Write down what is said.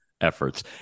efforts